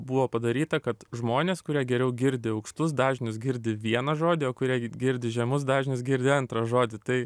buvo padaryta kad žmonės kurie geriau girdi aukštus dažnius girdi vieną žodį o kurie girdi žemus dažnius girdi antrą žodį tai